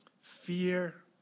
Fear